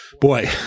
boy